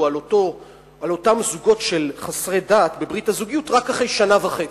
על אותם זוגות של חסרי דת בברית הזוגיות רק אחרי שנה וחצי.